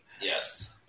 Yes